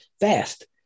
fast